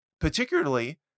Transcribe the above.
Particularly